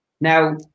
Now